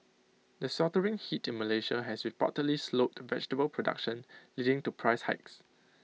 the sweltering heat in Malaysia has reportedly slowed the vegetable production leading to price hikes